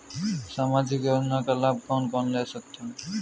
सामाजिक योजना का लाभ कौन कौन ले सकता है?